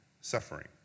suffering